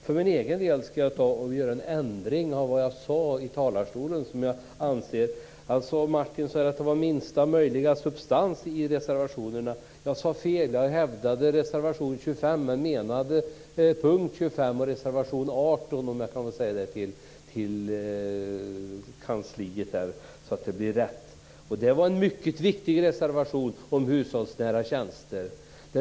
För min egen del ska jag göra en ändring av vad jag sade i talarstolen tidigare. Martin Nilsson säger att det är minsta möjliga substans i reservationerna. Jag sade fel när jag yrkade bifall till reservation 25. Jag menade reservation 18 under punkt 25. Jag vill säga det till kansliet så att det blir rätt. Det är en mycket viktig reservation om hushållsnära tjänster.